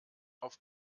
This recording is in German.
auf